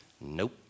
Nope